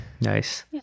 Nice